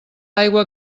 aigua